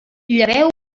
lleveu